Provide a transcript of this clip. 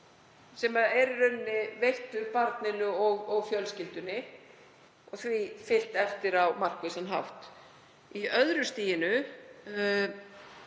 sem er í rauninni veittur barninu og fjölskyldunni og því fylgt eftir á markvissan hátt. Á öðru stiginu